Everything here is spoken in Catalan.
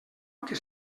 que